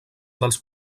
dels